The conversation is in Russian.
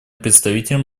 представителем